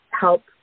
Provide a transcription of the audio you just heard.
help